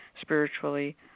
spiritually